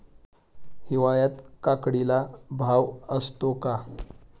हिवाळ्यात काकडीला भाव असतो का?